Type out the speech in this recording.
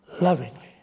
lovingly